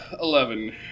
Eleven